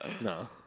No